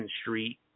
street